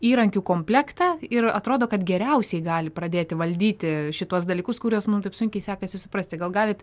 įrankių komplektą ir atrodo kad geriausiai gali pradėti valdyti šituos dalykus kuriuos mum taip sunkiai sekasi suprasti gal galit